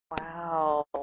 Wow